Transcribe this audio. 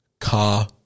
car